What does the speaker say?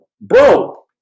Bro